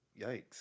Yikes